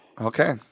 Okay